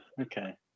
Okay